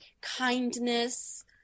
kindness